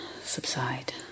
subside